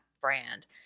brand